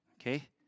Okay